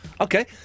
Okay